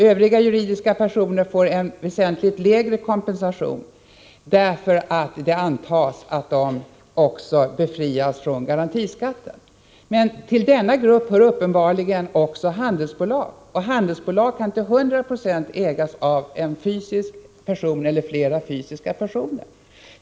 Övriga juridiska personer får en väsentligt lägre kompensation därför att det antas att de befrias från garantiskatten. Men till denna grupp hör uppenbarligen också handelsbolag, och handelsbolag kan till hundra procent ägas av en eller flera fysiska personer.